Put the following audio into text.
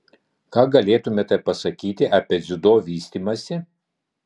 ką galėtumėte pasakyti apie dziudo vystymąsi